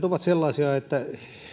ovat sellaisia että